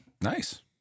Nice